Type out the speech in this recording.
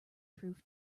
proof